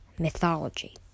mythology